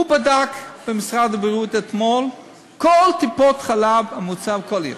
הוא בדק במשרד הבריאות אתמול בכל טיפות-חלב את הממוצע בכל עיר,